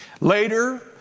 Later